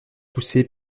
poussés